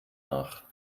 nach